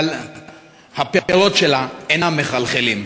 אבל הפירות שלה אינם מחלחלים.